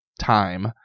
time